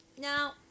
Now